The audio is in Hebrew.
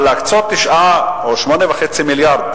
אבל להקצות 8.5 מיליארד,